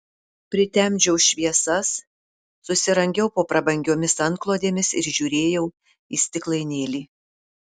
pritemdžiau šviesas susirangiau po prabangiomis antklodėmis ir žiūrėjau į stiklainėlį